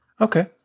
Okay